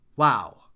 Wow